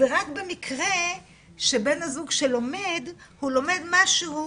זה רק במקרה שבן הזוג שלומד הוא לומד משהוא